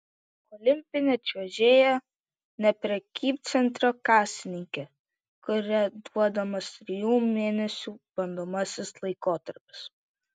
olimpinė čiuožėja ne prekybcentrio kasininkė kuria duodamas trijų mėnesių bandomasis laikotarpis